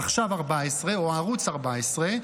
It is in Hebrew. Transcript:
עכשיו 14 או ערוץ 14,